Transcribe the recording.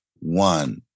one